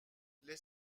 les